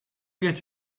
get